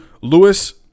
Lewis